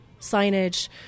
signage